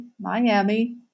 Miami